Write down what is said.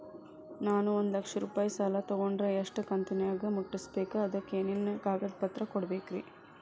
ನಾನು ಒಂದು ಲಕ್ಷ ರೂಪಾಯಿ ಸಾಲಾ ತೊಗಂಡರ ಎಷ್ಟ ಕಂತಿನ್ಯಾಗ ಮುಟ್ಟಸ್ಬೇಕ್, ಅದಕ್ ಏನೇನ್ ಕಾಗದ ಪತ್ರ ಕೊಡಬೇಕ್ರಿ?